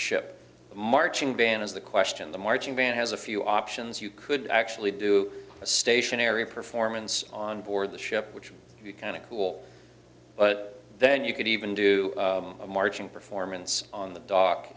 ship the marching band is the question the marching band has a few options you could actually do a stationary performance on board the ship which would be kind of cool but then you could even do a marching performance on the dock